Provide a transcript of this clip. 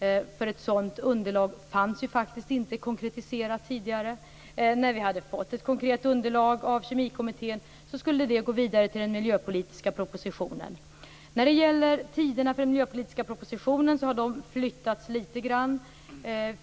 Ett sådant underlag fanns inte konkretiserat tidigare. När vi hade fått ett konkret underlag av Kemikommittén skulle det gå vidare till den miljöpolitiska propositionen. Tiderna för framläggandet av den miljöpolitiska propositionen har förflyttats litet.